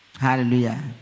Hallelujah